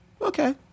Okay